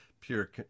pure